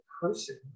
person